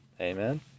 amen